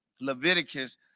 Leviticus